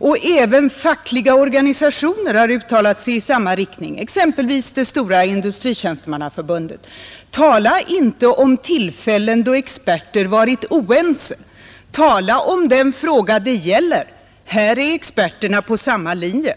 Och även fackliga organisationer har uttalat sig i samma riktning, exempelvis det stora Industritjänstemannaförbundet. Tala inte om tillfällen då experter varit oense — tala om den fråga det gäller! Här är experterna på samma linje.